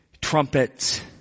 trumpets